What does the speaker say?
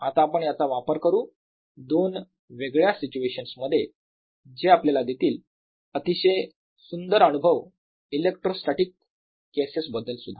आता आपण याचा वापर करू दोन वेगळ्या सिच्युएशन्स मध्ये जे आपल्याला देतील अतिशय सुंदर अनुभव इलेक्ट्रोस्टॅटीक केसेस बद्दल सुद्धा